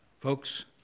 Folks